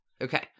Okay